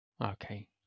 Okay